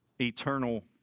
eternal